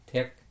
Tick